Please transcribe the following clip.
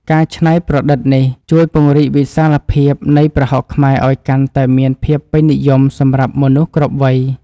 ការច្នៃប្រឌិតនេះជួយពង្រីកវិសាលភាពនៃប្រហុកខ្មែរឱ្យកាន់តែមានភាពពេញនិយមសម្រាប់មនុស្សគ្រប់វ័យ។